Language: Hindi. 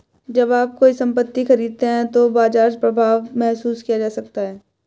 जब आप कोई संपत्ति खरीदते हैं तो बाजार प्रभाव महसूस किया जा सकता है